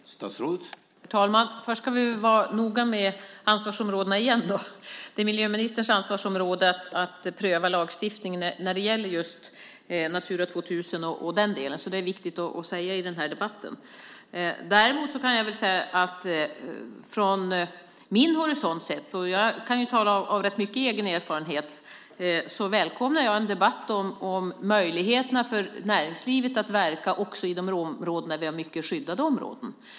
Herr talman! Vi ska - återigen - vara noga med ansvarsområdena. Det är miljöministerns ansvarsområde att pröva lagstiftningen när det gäller Natura 2000 och den delen. Det är viktigt att säga i den här debatten. Däremot kan jag säga att från min horisont sett - jag talar av rätt stor egen erfarenhet - välkomnar jag en debatt om möjligheterna för näringslivet att verka också i de delar av landet där vi har många skyddade områden.